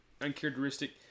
uncharacteristic